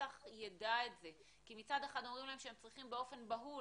שהשטח יידע את זה כי מצד אחד אומרים להם שהם צריכים באופן בהול